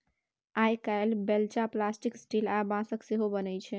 आइ काल्हि बेलचा plastic, steel आ बाँसक सेहो बनै छै